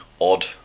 odd